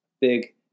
Big